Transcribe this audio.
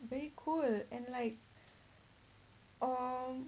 very cool and like um